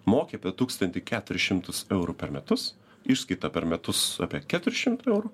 moki apie tūkstantį keturis šimtus eurų per metus išskaita per metus apie keturi šimtai eurų